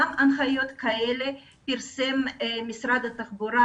גם הנחיות כאלה פרסם משרד התחבורה,